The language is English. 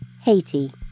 Haiti